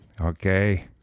okay